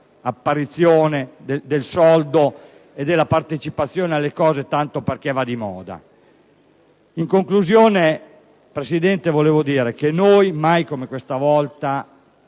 apparenza, del soldo e della partecipazione alle cose solo perché va di moda.